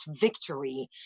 victory